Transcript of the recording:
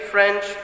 French